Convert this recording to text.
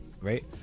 right